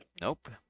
Nope